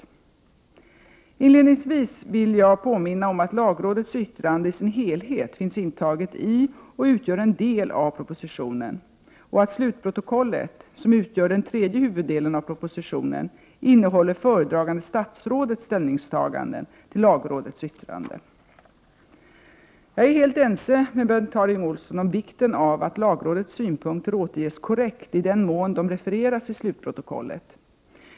Inledningsvis vill jag påminna om att lagrådets yttrande i sin helhet finns intaget i och utgör en del av propositionen och att slutprotokollet — som utgör den tredje huvuddelen av propositionen — innehåller föredragande statsrådets ställningstagande till lagrådets yttrande. Jag är helt ense med Bengt Harding Olson om vikten av att lagrådets synpunkter återges korrekt i den mån de refereras i slutprotokollet.